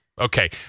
Okay